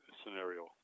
scenario